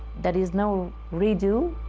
there is no redo.